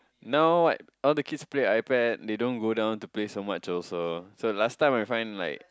now what all the kids play iPad they don't go down to play so much also so last time I find like